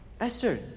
Esther